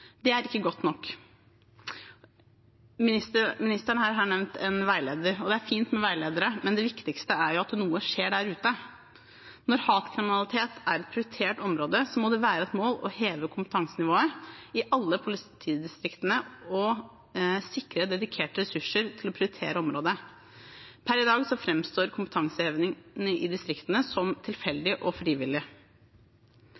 Det er ikke godt nok. Ministeren nevnte en veileder. Det er fint med veiledere, men det viktigste er at noe skjer der ute. Når hatkriminalitet er et prioritert område, må det være et mål å heve kompetansenivået i alle politidistriktene og sikre dedikerte ressurser til å prioritere området. Per i dag framstår kompetansehevingen i distriktene som